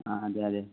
ആ അതെ അതെ